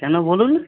কেন বলুন